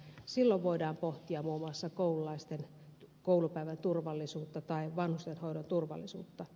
silloin voidaan pohtia muun muassa koululaisten koulupäivän turvallisuutta tai vanhustenhoidon turvallisuutta